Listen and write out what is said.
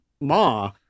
Ma